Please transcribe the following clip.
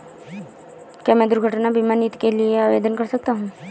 क्या मैं दुर्घटना बीमा नीति के लिए आवेदन कर सकता हूँ?